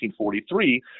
1943